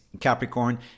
Capricorn